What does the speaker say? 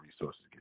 resources